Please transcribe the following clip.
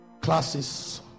classes